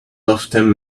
often